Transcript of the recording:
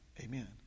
Amen